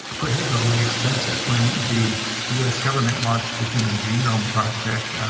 prohibitively expensive. when the us government launched the human genome project,